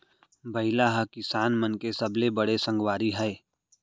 बइला ह किसान मन के सबले बड़े संगवारी हय